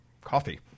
coffee